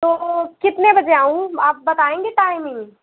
तो कितने बजे आऊँ आप बतायेंगी टाइमिंग